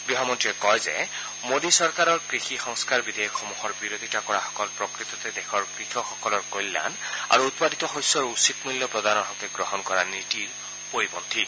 গৃহমন্ত্ৰীয়ে কয় যে মোডী চৰকাৰৰ কৃষি সংস্থাৰ বিধেয়কসমূহৰ বিৰোধিতা কৰা সকল প্ৰকৃততে দেশৰ কৃষকসকলৰ কল্যাণ আৰু উৎপাদিত শস্যৰ উচিত মূল্য প্ৰদানৰ হকে গ্ৰহণ কৰা নীতিৰ পৰিপন্থী